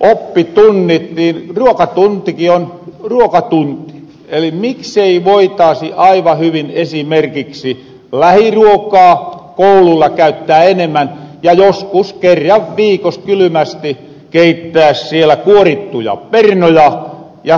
oppitunnit ruokatuntiki on ruokatunti eli miksei voitaasi aivan hyvin esimerkiksi lähiruokaa kouluilla käyttää enemmän ja joskus kerran viikos kylymästi keittää siellä kuorittuja pernoja